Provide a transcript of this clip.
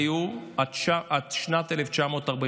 הנאצים היו עד שנת 1945,